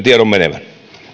tiedon menevän